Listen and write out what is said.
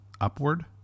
upward